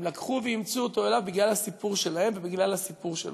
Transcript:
הם לקחו ואימצו אותו אליהם בגלל הסיפור שלהם ובגלל הסיפור שלו.